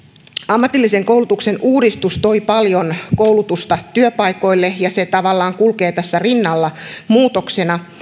ammatillisen koulutuksen uudistus toi paljon koulutusta työpaikoille ja se tavallaan kulkee tässä rinnalla muutoksena